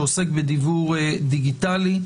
שעוסק בדיוור דיגיטלי.